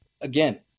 again